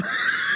הפנסיוניים.